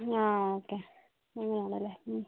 ആ ഓക്കെ അങ്ങനെ ആണല്ലേ